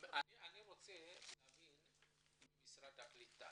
אני רוצה להבין ממשרד הקליטה,